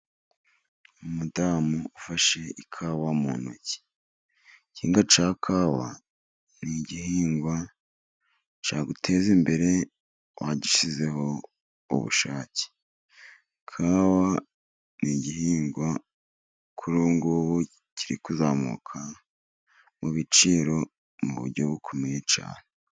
Umudamu ufashe ikawa mu ntoki. Igihingwa cya kawa ni igihingwa cyaguteza imbere wagishyizeho ubushake. Kawa ni igihingwa kuri ubu ngubu kiri kuzamuka mu biciro mu buryo bukomeye cyane.